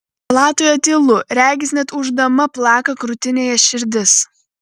palatoje tylu regis net ūždama plaka krūtinėje širdis